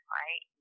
right